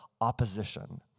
opposition